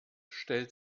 stellt